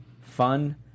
fun